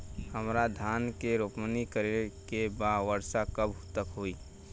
हमरा धान के रोपनी करे के बा वर्षा कब तक होई?